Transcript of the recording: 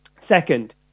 Second